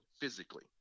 physically